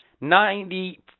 Ninety